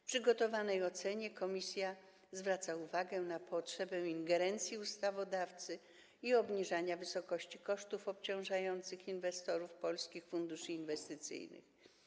W przygotowanej ocenie komisja zwraca uwagę na potrzebę ingerencji ustawodawcy i zmniejszania wysokości kosztów obciążających inwestorów polskich funduszy inwestycyjnych.